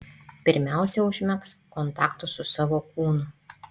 pirmiausia užmegzk kontaktą su savo kūnu